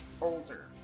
older